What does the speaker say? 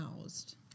housed